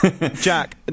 jack